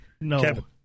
No